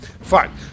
fine